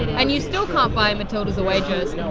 and you still can't buy a matildas away jersey.